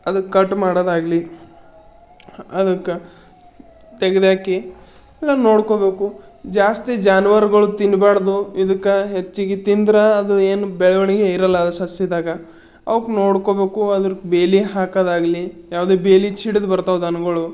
ಅದ ಕಟ್ ಮಾಡೋದಾಗ್ಲಿ ಅದಕ್ಕೆ ತೆಗೆದಾಕಿ ಅದನ್ನ ನೋಡ್ಕೊಳ್ಬೇಕು ಜಾಸ್ತಿ ಜಾನುವಾರ್ಗಳು ತಿನ್ಬಾರ್ದು ಇದಕ್ಕೆ ಹೆಚ್ಚಿಗೆ ತಿಂದ್ರೆ ಅದು ಏನು ಬೆಳವಣಿಗೆ ಇರಲ್ಲ ಸಸ್ಯದಾಗ ಅವ್ಕೆ ನೋಡ್ಕೊಳ್ಬೇಕು ಅದಕ್ಕೆ ಬೇಲಿ ಹಾಕೋದಾಗ್ಲಿ ಯಾವುದೇ ಬೇಲಿ ಛಿಡಿದು ಬರ್ತಾವ ದನಗಳು